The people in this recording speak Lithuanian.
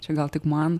čia gal tik man